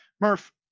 Murph